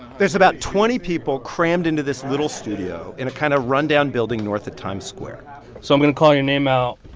there's about twenty people crammed into this little studio in a kind of rundown building north of times square so i'm going to call your name out.